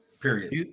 period